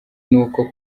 nuko